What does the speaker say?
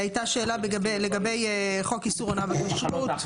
עלתה שאלה לגבי חוק איסור הונאה בכשרות